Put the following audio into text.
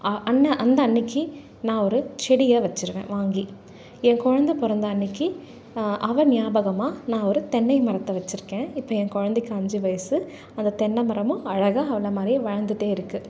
அன்ன அந்த அன்றைக்கி நான் ஒரு செடியை வெச்சுருவேன் வாங்கி என் குழந்த பிறந்த அன்றைக்கி நான் அவன் ஞாபகமாக நான் ஒரு தென்னைமரத்தை வெச்சுருக்கேன் இப்போ என் குழந்தைக்கு அஞ்சு வயது அந்த தென்னைமரமும் அழகாக அவளை மாதிரியே வளந்துட்டே இருக்குது